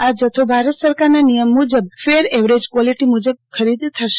આ જથ્થો ભારત સરકારના નિયમ મુજબ ફેર એવરેજ ક્વોલિટી મુજબ ખરીદ થશે